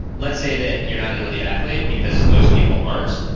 let's say that you're not an elite athlete because most people aren't.